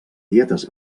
dietes